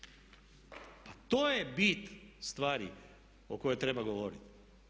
Pa to je bit stvari o kojoj treba govoriti.